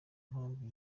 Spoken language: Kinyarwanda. mpamvu